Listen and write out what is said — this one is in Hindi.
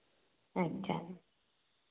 अच्छा